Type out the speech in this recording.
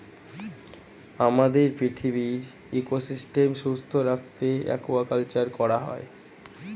আমাদের পৃথিবীর ইকোসিস্টেম সুস্থ রাখতে অ্য়াকুয়াকালচার করা হয়